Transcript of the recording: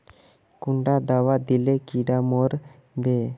कुंडा दाबा दिले कीड़ा मोर बे?